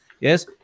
yes